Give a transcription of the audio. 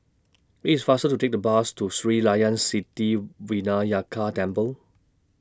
IT IS faster to Take The Bus to Sri Layan City Vinayagar Temple